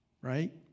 right